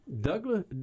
Douglas